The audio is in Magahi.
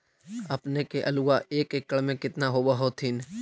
अपने के आलुआ एक एकड़ मे कितना होब होत्थिन?